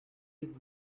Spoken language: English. his